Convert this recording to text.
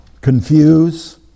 confuse